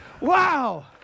Wow